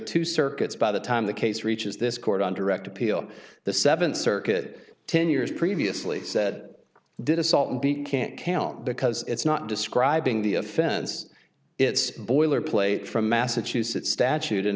two circuits by the time the case reaches this court on direct appeal the seventh circuit ten years previously said did assault and beat can't can't because it's not describing the offense it's boilerplate from massachusetts statute